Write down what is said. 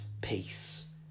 peace